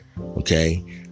Okay